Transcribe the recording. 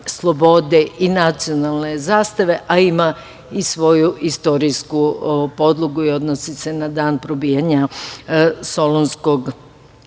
slobode i nacionalne zastave, a ima i svoju istorijsku podlogu i odnosi se na dan probijanja Solunskog